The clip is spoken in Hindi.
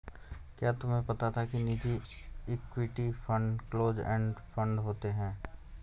क्या तुम्हें पता था कि निजी equity fund close end fund होते हैं?